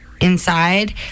inside